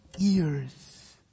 ears